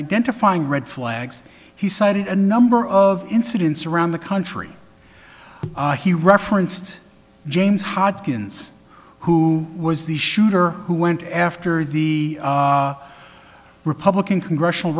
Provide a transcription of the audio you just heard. identifying red flags he cited a number of incidents around the country he referenced james hodgkins who was the shooter who went after the republican congressional